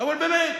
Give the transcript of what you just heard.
אבל באמת,